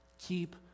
Keep